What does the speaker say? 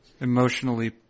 Emotionally